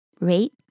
rate